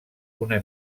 una